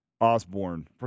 Osborne